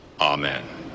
Amen